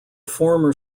former